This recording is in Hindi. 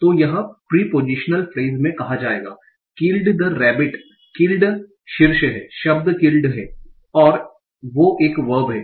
तो यह प्रिपोजीशनल फ्रेस में कहा जाएगा किल्ड द रेबीट किल्ड शीर्ष है शब्द किल्ड है वो एक वर्ब है